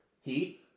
Heat